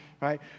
right